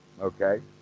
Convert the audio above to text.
okay